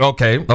Okay